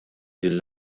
din